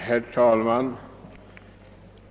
Herr talman!